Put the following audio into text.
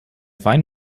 wein